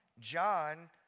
John